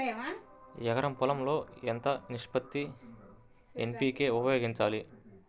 ఎకరం పొలం లో ఎంత నిష్పత్తి లో ఎన్.పీ.కే ఉపయోగించాలి?